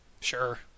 Sure